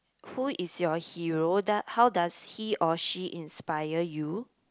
who is your hero do~ how does he or she inspire you